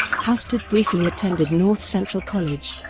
hastert briefly attended north central college,